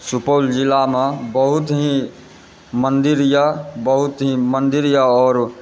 सुपौल जिलामे बहुत ही मन्दिर यऽ बहुत ही मन्दिर यऽ आओर